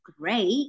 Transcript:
great